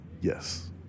Yes